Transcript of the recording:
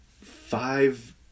five